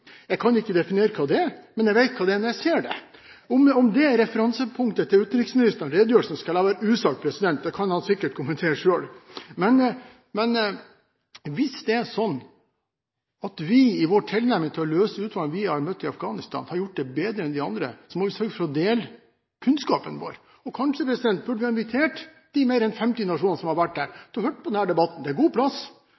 Jeg kan ikke definere det, men jeg vet hva det er når jeg ser det.» Om det er referansepunktet til utenriksministerens redegjørelse, skal jeg la være usagt. Det kan han sikkert kommentere selv. Men hvis det er sånn at vi i vår tilnærming til å løse utfordringer vi har møtt i Afghanistan, har gjort det bedre enn andre, må vi sørge for å dele kunnskapen vår. Kanskje burde vi invitert de mer enn 50 nasjonene som har vært der,